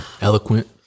Eloquent